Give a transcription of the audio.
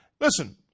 Listen